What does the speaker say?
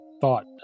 thought